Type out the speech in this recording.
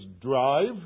drive